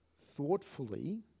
thoughtfully